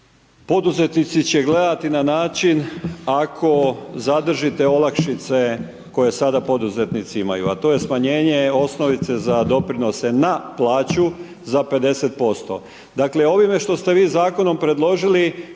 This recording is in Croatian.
poduzetnici će gledati na način ako zadržite olakšice koje sada poduzetnici imaju a to je smanjenje osnovice za doprinose na plaću za 50%.